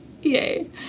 Yay